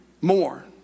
more